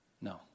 No